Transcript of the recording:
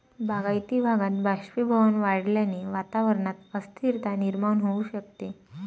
बागायती भागात बाष्पीभवन वाढल्याने वातावरणात अस्थिरता निर्माण होऊ शकते